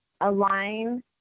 align